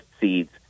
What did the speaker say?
seeds